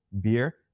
beer